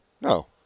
no